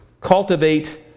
Cultivate